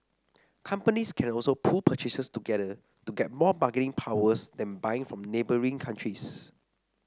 companies can also pool purchases together to get more bargaining powers then buying from neighbouring countries